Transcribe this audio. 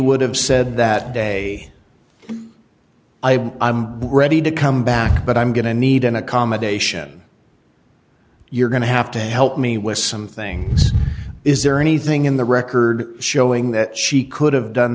would have said that day i i'm ready to come back but i'm going to need an accommodation you're going to have to help me with something is there anything in the record showing that she could have done